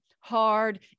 hard